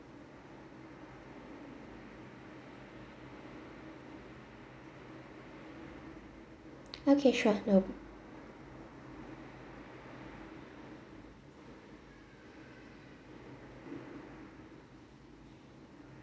okay sure no